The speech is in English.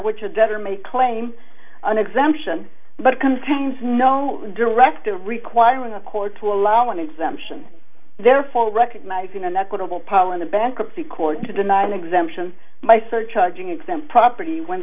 which a debtor may claim an exemption but contains no directive requiring a court to allow an exemption there for recognizing and equitable pollin the bankruptcy court to deny an exemption by surcharging exempt property when